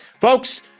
Folks